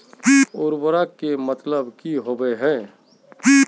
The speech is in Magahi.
उर्वरक के मतलब की होबे है?